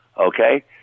okay